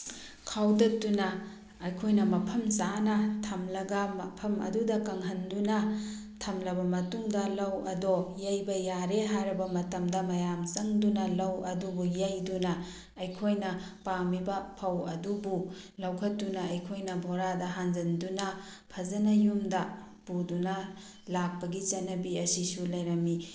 ꯈꯥꯎꯗꯠꯇꯨꯅ ꯑꯩꯈꯣꯏꯅ ꯃꯐꯝ ꯆꯥꯅ ꯊꯝꯂꯒ ꯃꯐꯝ ꯑꯗꯨꯗ ꯀꯪꯍꯟꯗꯨꯅ ꯊꯝꯂꯕ ꯃꯇꯨꯡꯗ ꯂꯧ ꯑꯗꯣ ꯌꯩꯕ ꯌꯥꯔꯦ ꯍꯥꯏꯔꯕ ꯃꯇꯝꯗ ꯃꯌꯥꯝ ꯆꯪꯗꯨꯅ ꯂꯧ ꯑꯗꯨꯕꯨ ꯌꯩꯗꯨꯅ ꯑꯩꯈꯣꯏꯅ ꯄꯥꯝꯃꯤꯕ ꯐꯧ ꯑꯗꯨꯕꯨ ꯂꯧꯈꯠꯇꯨꯅ ꯑꯩꯈꯣꯏꯅ ꯕꯣꯔꯥꯗ ꯍꯥꯟꯖꯤꯟꯗꯨꯅ ꯐꯖꯅ ꯌꯨꯝꯗ ꯄꯨꯗꯨꯅ ꯂꯥꯛꯄꯒꯤ ꯆꯠꯅꯕꯤ ꯑꯁꯤꯁꯨ ꯂꯩꯔꯝꯃꯤ